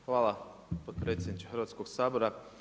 Hvala potpredsjedniče Hrvatskog sabora.